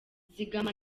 zigama